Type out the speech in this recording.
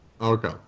Okay